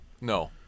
no